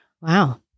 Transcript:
Wow